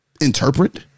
interpret